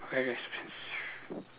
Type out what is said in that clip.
very expensive